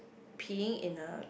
peeing in a